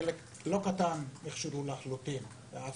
חלק לא קטן נשדדו לחלוטין באפריקה.